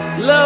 Love